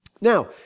Now